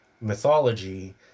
mythology